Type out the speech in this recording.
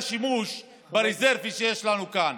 ואני אמרתי: לא נגיע לשימוש ברזרבי שיש לנו כאן.